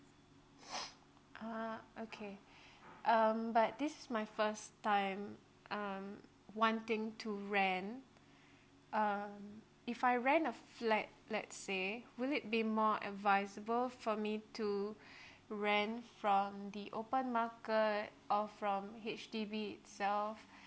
ah okay um but this is my first time um wanting to rent err if I rent a flat let's say would it be more advisable for me to rent from the open market or from H_D_B itself